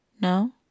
No